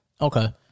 okay